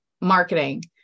marketing